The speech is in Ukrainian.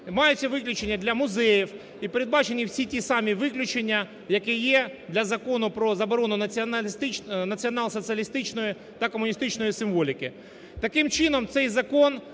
мається виключення для музеїв і передбачені всі ті самі виключення, які є для Закону про заборону націоналістичної... націонал-соціалістичної та комуністичної символіки. Таким чином цей закон